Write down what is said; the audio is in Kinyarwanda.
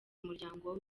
umuryango